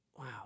Wow